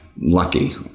Lucky